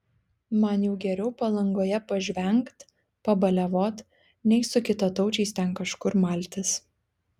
man jau geriau palangoje pažvengt pabaliavot nei su kitataučiais ten kažkur maltis